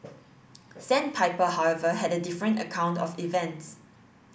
sandpiper however had a different account of events